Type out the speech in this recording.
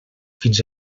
fins